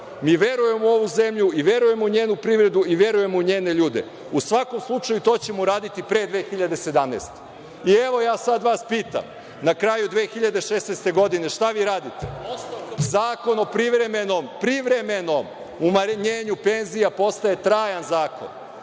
Mi verujemo u ovu zemlju i verujemo u njenu privredu i verujemo u njene ljude. U svakom slučaju, to ćemo uraditi pre 2017. godine“.Sada ja vas pitam, na kraju 2016. godine – šta vi radite? Zakon o privremenom umanjenju penzija postaje trajan zakon.